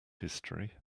history